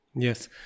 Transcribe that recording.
Yes